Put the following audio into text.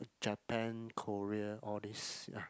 Japan Korea all these ya